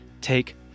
take